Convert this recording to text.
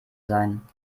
sein